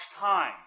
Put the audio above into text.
time